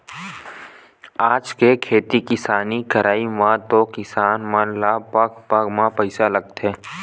आज के खेती किसानी करई म तो किसान मन ल पग पग म पइसा लगथे